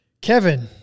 Kevin